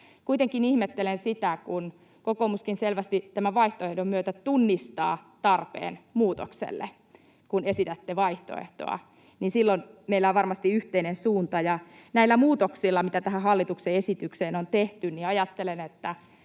Kuitenkin ihmettelen sitä, kun kokoomuskin selvästi tämän vaihtoehdon myötä tunnistaa tarpeen muutokselle — kun esitätte vaihtoehtoa — niin silloin meillä on varmasti yhteinen suunta. Ja näillä muutoksilla, mitä tähän hallituksen esitykseen on tehty, ajattelen, että